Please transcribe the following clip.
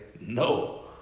no